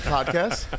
Podcast